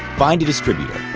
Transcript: find a distributor.